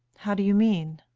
how do you mean?